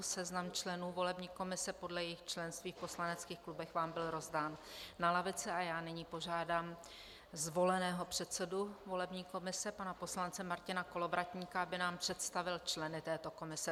Seznam členů volební komise podle jejich členství v poslaneckých klubech vám byl rozdán na lavice a já nyní požádám zvoleného předsedu volební komise pana poslance Martina Kolovratníka, aby nám představil členy této komise.